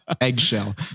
Eggshell